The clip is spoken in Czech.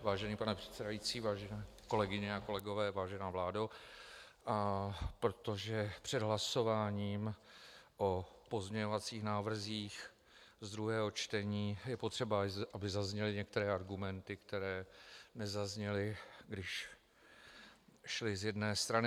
Vážený pane předsedající, vážené kolegyně a kolegové, vážená vládo, protože před hlasováním o pozměňovacích návrzích z druhého čtení je potřeba, aby zazněly některé argumenty, které nezazněly, když šly z jedné strany.